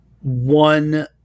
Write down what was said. one